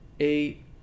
Eight